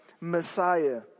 Messiah